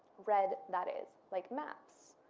read that is like maps.